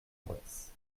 bresse